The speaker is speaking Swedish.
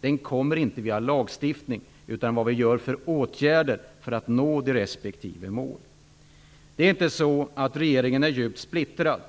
detta uppstår inte genom lagstiftning utan genom de åtgärder vi vidtar för att nå respektive mål. Regeringen är inte djupt splittrad.